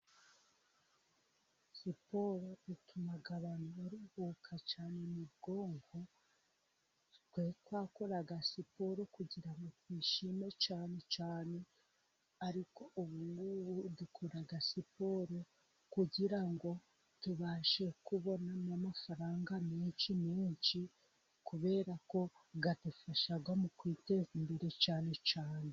Siporo ituma abantu baruhuka cyane mu bwonko. Twe twakoraga siporo kugira ngo twishime cyane cyane. Ariko ubungubu dukora siporo kugira ngo tubashe kubonamo amafaranga menshi menshi ,kubera ko adufasha mu kwiteza imbere cyane cyane.